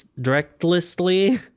directly